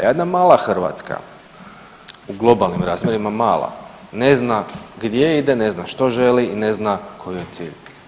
A jedna mala Hrvatska, u globalnim razmjerima mala ne zna gdje ide, ne zna što želi i ne zna koji joj je cilj.